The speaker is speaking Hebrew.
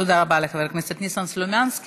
תודה רבה לחבר הכנסת ניסן סלומינסקי.